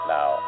Now